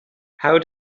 how